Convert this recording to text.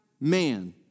man